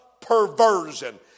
perversion